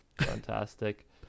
fantastic